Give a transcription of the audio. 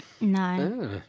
No